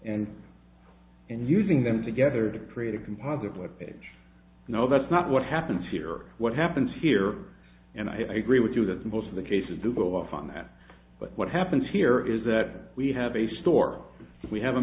and in using them together to create a composite what age no that's not what happens here what happens here and i agree with you that most of the cases do go off on that but what happens here is that we have a store we have a